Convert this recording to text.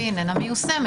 והיא איננה מיושמת.